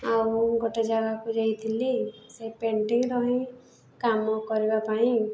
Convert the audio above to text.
ଆଉ ଗୋଟେ ଜାଗାକୁ ଯାଇଥିଲି ସେ ପେଣ୍ଟିଂର ହିଁ କାମ କରିବା ପାଇଁ